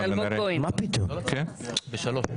לא התקבלה.